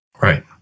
Right